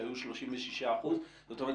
שהיו 36%. זאת אומרת,